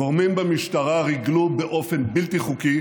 גורמים במשטרה ריגלו באופן בלתי חוקי